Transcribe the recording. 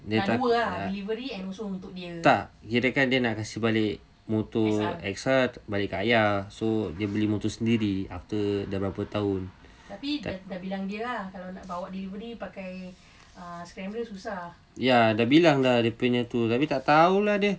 dia ca~ tak kirakan dia nak kasih balik motor X_R bagi kat ayah so dia beli motor sendiri after dah berapa tahun ya dah bilang dah dia punya tu tapi tak tahu lah dia